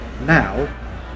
now